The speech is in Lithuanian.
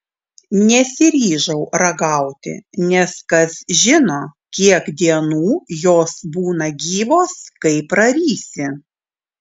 nesiryžau ragauti nes kas žino kiek dienų jos būna gyvos kai prarysi